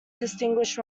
distinguished